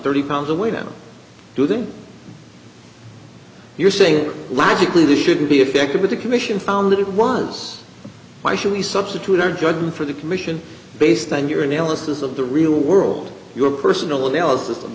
thirty pounds the way down to them you're saying logically they shouldn't be affected but the commission found that it was why should we substitute our judgment for the commission based on your analysis of the real world your personal analysis of